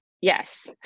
Yes